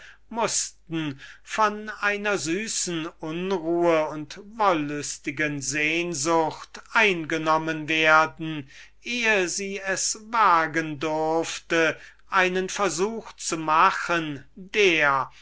mußten von einer süßen unruhe und wollüstigen sehnsucht eingenommen werden ehe sie es wagen wollte einen versuch zu machen der